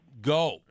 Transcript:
go